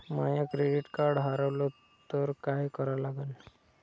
माय credit card हारवलं तर काय करा लागन?